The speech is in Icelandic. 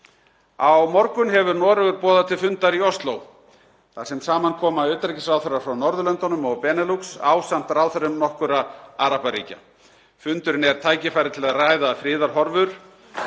Á morgun hefur Noregur boðað til fundar í Ósló þar sem saman koma utanríkisráðherrar frá Norðurlöndunum og Benelux ásamt ráðherrum nokkurra arabaríkja. Fundurinn er tækifæri til að ræða friðarhorfur,